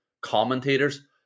Commentators